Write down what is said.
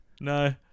No